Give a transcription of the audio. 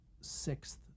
sixth